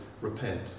repent